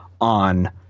on